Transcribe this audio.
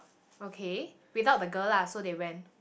okay without the girl lah so they went